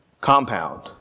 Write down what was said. compound